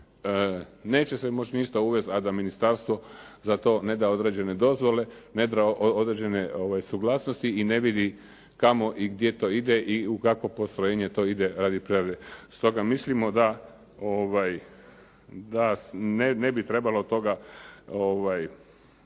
neće se moći ništa uvesti, a da ministarstvo za to neda određene dozvole, neda određene suglasnosti i ne vidi kamo i gdje to ide i u kakvo postrojenje to ide radi prerade. Stoga mislimo da ne bi trebalo od